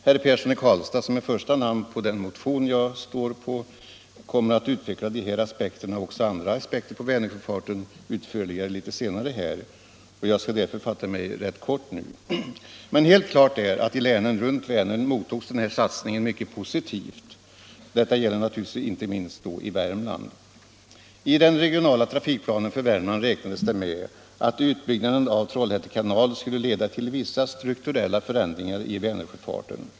Herr Persson i Karlstad, som är första namn på den motion som jag också undertecknat, kommer litet senare att utförligare utveckla de här aspekterna — och även andra aspekter — på Vänersjöfarten, och jag skall därför nu fatta mig rätt kort. Helt klart är att i länen runt Vänern mottogs den här satsningen mycket positivt, naturligtvis inte minst i Värmland. I den regionala trafikplanen för Värmland räknades det med att utbyggnaden av Trollhätte kanal skulle leda till vissa strukturella förändringar i Vänersjöfarten.